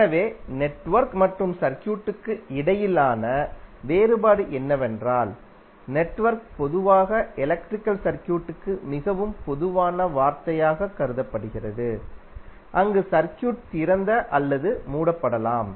எனவே நெட்வொர்க் மற்றும் சர்க்யூட்க்கு இடையிலான வேறுபாடு என்னவென்றால் நெட்வொர்க் பொதுவாக எலக்ட்ரிக்கல் சர்க்யூட்க்கு மிகவும் பொதுவான வார்த்தையாகக் கருதப்படுகிறது அங்கு சர்க்யூட் திறந்த அல்லது மூடப்படலாம்